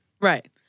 Right